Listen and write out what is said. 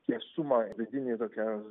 tiesumą vidinį tokią